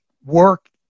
work